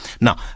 now